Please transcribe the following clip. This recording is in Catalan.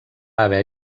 haver